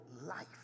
life